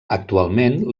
actualment